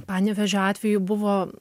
panevėžio atveju buvo